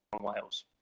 Wales